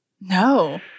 No